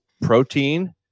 protein